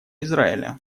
израиля